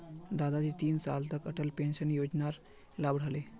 दादाजी तीन साल तक अटल पेंशन योजनार लाभ उठा ले